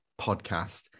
Podcast